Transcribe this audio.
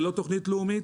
ללא תוכנית לאומית,